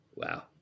Wow